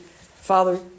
Father